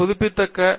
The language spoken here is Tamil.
பேராசிரியர் எஸ்